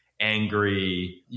angry